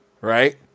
Right